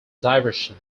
diversion